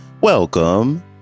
welcome